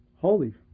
holy